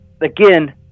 again